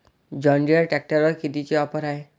John Deere ट्रॅक्टरवर कितीची offer हाये?